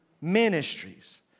ministries